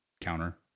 counter